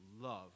love